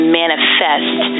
manifest